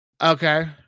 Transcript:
Okay